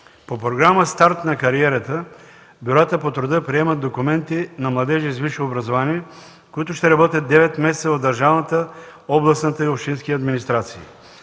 По Програма „Старт на кариерата” бюрата по труда приемат документи на младежи с висше образование, които ще работят 9 месеца в държавната, областната и общинската администрации.